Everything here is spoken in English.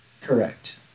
Correct